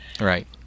Right